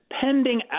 pending